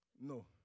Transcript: No